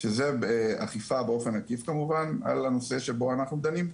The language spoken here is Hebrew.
שזו אכיפה באופן עקיף כמובן על הנושא שבו אנחנו דנים.